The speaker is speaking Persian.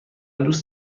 دوست